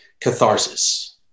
catharsis